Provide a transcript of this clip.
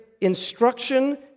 instruction